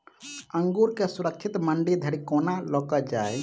अंगूर केँ सुरक्षित मंडी धरि कोना लकऽ जाय?